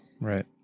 Right